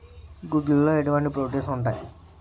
గుడ్లు లో ఎటువంటి ప్రోటీన్స్ ఉంటాయి?